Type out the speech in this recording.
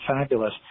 fabulous